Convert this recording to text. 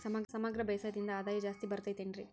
ಸಮಗ್ರ ಬೇಸಾಯದಿಂದ ಆದಾಯ ಜಾಸ್ತಿ ಬರತೈತೇನ್ರಿ?